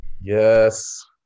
Yes